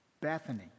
Bethany